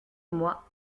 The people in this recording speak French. moi